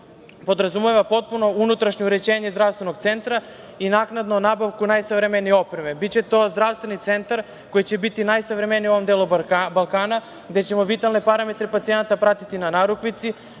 podrazumeva potpuno unutrašnje uređenje zdravstvenog centra i naknadnu nabavku najsavremenije opreme. Biće to zdravstveni centar koji će biti najsavremeniji u ovom delu Balkana, gde ćemo vitalne parametre pacijenata pratiti na narukvici,